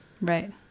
Right